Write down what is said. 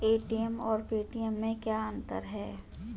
ATM और Paytm में क्या अंतर है?